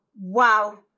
wow